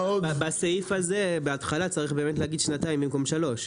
בסעיף הזה בהתחלה באמת צריך להגיד שנתיים במקום שלוש.